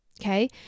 okay